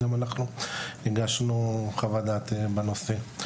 וגם אנחנו הגשנו חוות דעת בנושא.